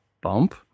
bump